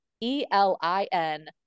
e-l-i-n